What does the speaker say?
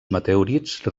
meteorits